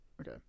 Okay